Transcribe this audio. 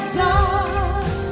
dark